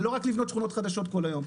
זה לא רק לבנות שכונות חדשות כל היום.